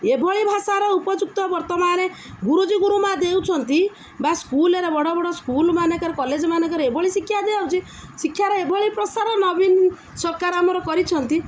ଏଭଳି ଭାଷାର ଉପଯୁକ୍ତ ବର୍ତ୍ତମାନ ଗୁରୁଜୀ ଗୁରୁମା ଦେଉଛନ୍ତି ବା ସ୍କୁଲ୍ରେ ବଡ଼ ବଡ଼ ସ୍କୁଲ୍ ମାନଙ୍କରେ କଲେଜ୍ ମାନଙ୍କରେ ଏଭଳି ଶିକ୍ଷା ଦିଆାଉଛି ଶିକ୍ଷାରେ ଏଭଳି ପ୍ରସାର ନବୀନ ସରକାର ଆମର କରିଛନ୍ତି